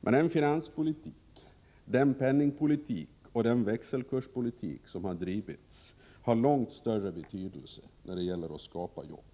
Men den finanspolitik, den penningpolitik och den växelkurspolitik som har drivits har haft långt större betydelse när det gällt att skapa jobb.